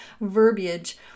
verbiage